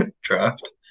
draft